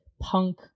punk